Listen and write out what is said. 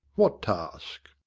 what task?